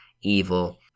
evil